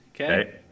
okay